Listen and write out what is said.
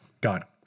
got